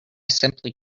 simply